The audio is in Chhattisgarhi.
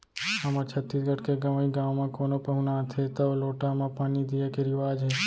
हमर छत्तीसगढ़ के गँवइ गाँव म कोनो पहुना आथें तौ लोटा म पानी दिये के रिवाज हे